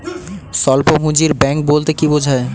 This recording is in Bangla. স্বল্প পুঁজির ব্যাঙ্ক বলতে কি বোঝায়?